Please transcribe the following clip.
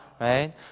right